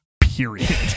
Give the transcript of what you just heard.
period